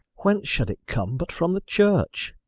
whence should it come, but from the church.